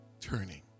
turning